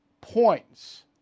points